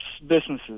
businesses